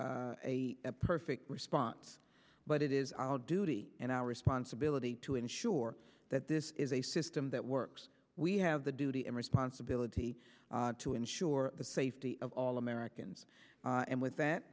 a perfect response but it is all duty and our responsibility to ensure that this is a system that works we have the duty and responsibility to ensure the safety of all americans and with